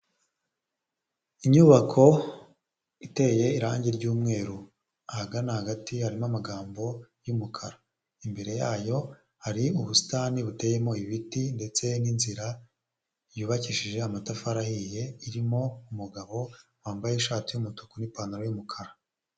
Inyubako iteye irangi ryumweru ahagana hagati harimo amagambo y'umukara, imbere yayo hari ubusitani buteyemo ibiti ndetse n'inzira yubakishije amatafari ahiye irimo umugabo wambaye ishati y'umutuku n'ipantaro y'umukara.